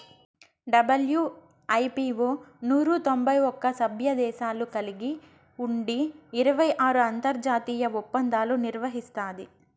WIPO నూరు తొంభై ఒక్క సభ్యదేశాలు కలిగి ఉండి ఇరవై ఆరు అంతర్జాతీయ ఒప్పందాలు నిర్వహిస్తాది